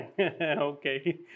okay